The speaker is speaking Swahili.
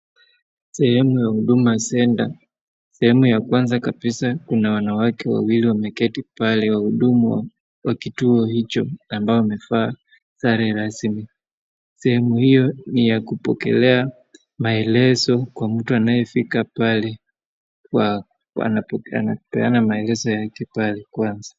Sehemu ya Huduma Centre. Sehemu ya kwanza kabisa kuna wanawake wawili wameketi pale wahudumu wa kituo hicho ambao wamevaa sare rasmi. Sehemu hiyo ni ya kupokelea maelezo kwa mtu anayefika pale kwa, ana, anapeana maelezo yake pale kwanza.